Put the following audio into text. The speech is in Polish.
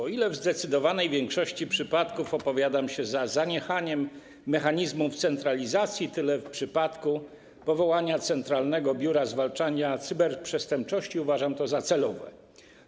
O ile w zdecydowanej większości przypadków opowiadam się za zaniechaniem mechanizmów centralizacji, o tyle w przypadku powołania Centralnego Biura Zwalczania Cyberprzestępczości uważam to za zasadne.